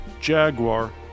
Jaguar